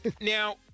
Now